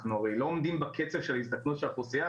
אנחנו הרי לא עומדים בקצב של הזדקנות האוכלוסייה,